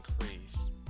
increase